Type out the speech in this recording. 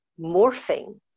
morphing